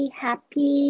happy